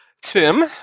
tim